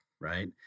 right